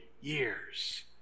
years